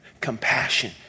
Compassion